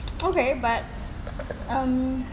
okay but mm